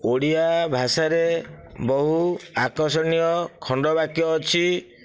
ଓଡ଼ିଆ ଭାଷାରେ ବହୁ ଆକର୍ଷଣୀୟ ଖଣ୍ଡବାକ୍ୟ ଅଛି